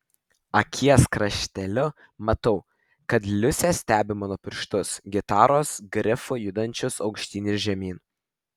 akies krašteliu matau kad liusė stebi mano pirštus gitaros grifu judančius aukštyn ir žemyn